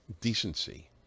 decency